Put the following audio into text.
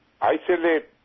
isolate